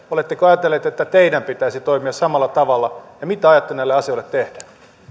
oletteko ajatellut että teidän pitäisi toimia samalla tavalla mitä aiotte näille asioille tehdä